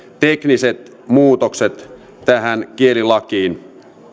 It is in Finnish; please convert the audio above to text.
tekniset muutokset tähän kielilakiin